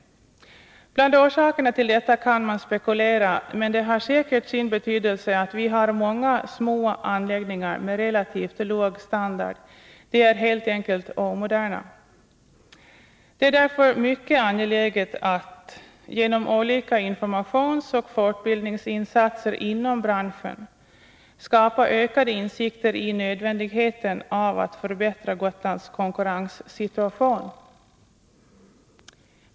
Man kan spekulera om orsakerna till detta, men det har säkert sin betydelse att vi har många små anläggningar med relativt låg standard — de är helt enkelt omoderna. Det är därför mycket angeläget att, genom olika informationsoch fortbildningsinsatser inom branschen, skapa ökade insikter om nödvändigheten av att förbättra Gotlands konkurrenssituation.